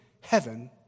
heaven